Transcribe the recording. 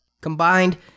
Combined